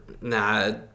Nah